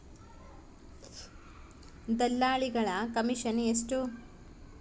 ದಲ್ಲಾಳಿಗಳ ಕಮಿಷನ್ ಎಷ್ಟು?